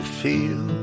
feel